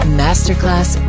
masterclass